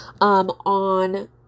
on